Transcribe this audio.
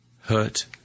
hurt